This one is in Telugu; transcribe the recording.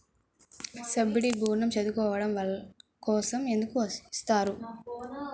సబ్సీడీ ఋణం చదువుకోవడం కోసం ఎందుకు ఇస్తున్నారు?